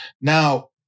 Now